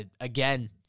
Again